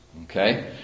okay